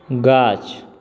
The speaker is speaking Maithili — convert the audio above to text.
गाछ